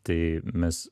tai mes